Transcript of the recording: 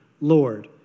Lord